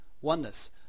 oneness